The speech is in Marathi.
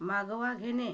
मागोवा घेणे